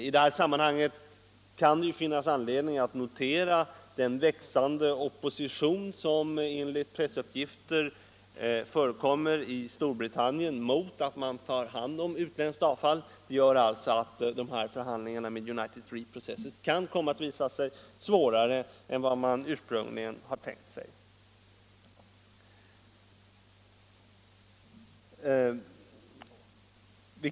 I det här sammanhanget kan det finnas anledning att notera den växande opposition som enligt pressuppgifter förekommer i Storbritannien mot att man tar hand om utländskt avfall. Förhandlingarna med United Reprocessors kan alltså komma att visa sig svårare än vad man ursprungligen har tänkt sig.